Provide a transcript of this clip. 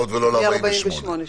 שעות ולא ל-48 שעות.